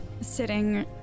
sitting